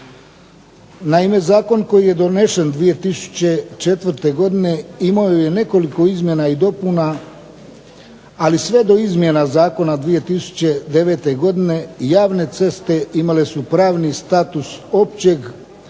Naime, Zakon koji je donesen 2004. godine imao je nekoliko izmjena i dopuna ali sve do izmjena Zakona 2009. javne ceste imale su pravni status općeg